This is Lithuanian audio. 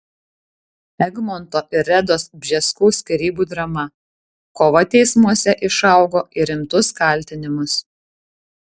egmonto ir redos bžeskų skyrybų drama kova teismuose išaugo į rimtus kaltinimus